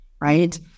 right